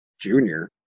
junior